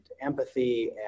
empathy